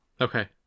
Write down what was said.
Okay